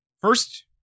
first